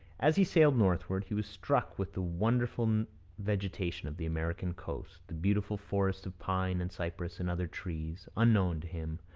as he sailed northward he was struck with the wonderful vegetation of the american coast, the beautiful forest of pine and cypress and other trees, unknown to him,